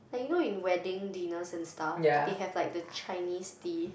like you know in wedding dinners and stuff they have like the Chinese tea